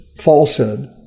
falsehood